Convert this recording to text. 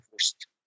first